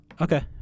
okay